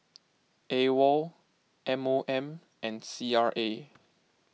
Awol M O M and C R A